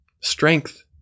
strength